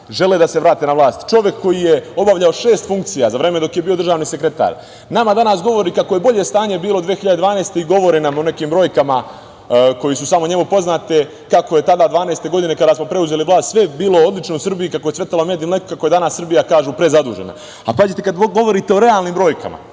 žele da se vrate na vlast. Čovek koji je obavljao šest funkcija za vreme dok je bio državni sekretar, nama danas govori kako je bolje stanje bilo 2012. i govori nam o nekim brojkama koje su samo njemu poznate, kako je tada 2012. godine kada smo preuzeli vlast, sve bilo odlično u Srbiji, kako je cvetalo, med i mleko, kako je danas Srbija, kažu, prezadužena. Pazite, kad govorite o realnim brojkama,